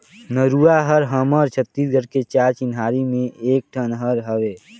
नरूवा हर हमर छत्तीसगढ़ के चार चिन्हारी में एक ठन हर हवे